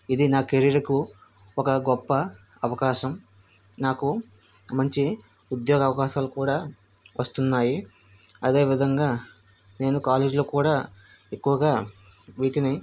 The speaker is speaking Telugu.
ఇది నా కెరీర్కు ఒక గొప్ప అవకాశం నాకు మంచి ఉద్యోగ అవకాశాలు కూడా వస్తున్నాయి అదే విధంగా నేను కాలేజీలో కూడా ఎక్కువగా వీటిని